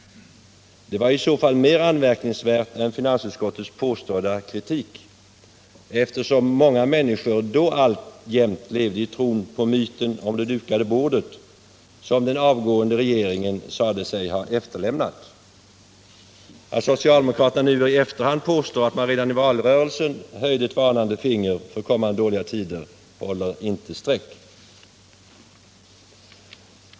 Det var i så fall mer anmärkningsvärt än finansutskottets påstådda kritik, eftersom många människor då alltjämt levde i tron på myten om det dukade bordet, som den avgående regeringen sade sig ha efterlämnat. Att socialdemokraterna nu i efterhand påstår att de redan i valrörelsen höjde ett varnande finger för kommande dåliga tider håller inte streck.